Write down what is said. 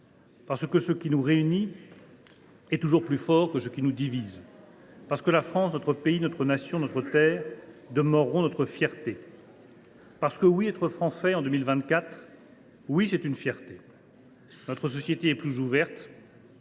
car ce qui nous réunit est toujours plus fort que ce qui nous divise ; car la France, notre pays, notre nation, notre terre, demeurera notre fierté ; car, oui, être Français, en 2024, est une fierté. « Notre société est plus ouverte,